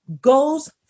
goes